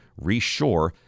reshore